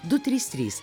du trys trys